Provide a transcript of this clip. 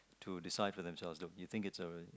to decide for the child though you think it's uh